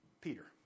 Peter